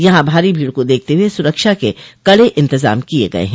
यहां भारी भीड़ को देखते हुए सुरक्षा के कड़े इंतजाम किये गये हैं